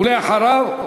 ואחריו,